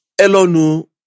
Elonu